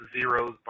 zeros